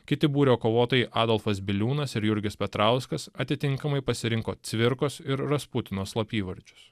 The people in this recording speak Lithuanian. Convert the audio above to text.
kiti būrio kovotojai adolfas biliūnas ir jurgis petrauskas atitinkamai pasirinko cvirkos ir rasputino slapyvardžius